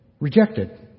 rejected